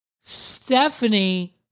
Stephanie